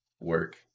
work